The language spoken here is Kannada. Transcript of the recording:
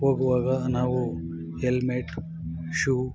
ಹೋಗುವಾಗ ನಾವು ಎಲ್ಮೇಟ್ ಶೂ